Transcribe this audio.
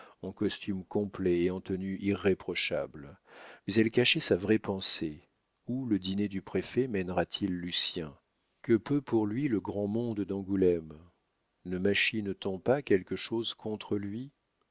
en costume complet et en tenue irréprochable mais elle cachait sa vraie pensée où le dîner du préfet mènera t il lucien que peut pour lui le grand monde d'angoulême ne machine t on pas quelque chose contre lui